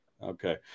Okay